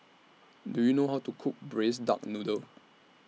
Do YOU know How to Cook Braised Duck Noodle